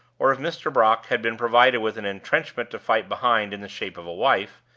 or if mr. brock had been provided with an intrenchment to fight behind in the shape of a wife,